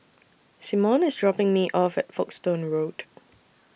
Simone IS dropping Me off At Folkestone Road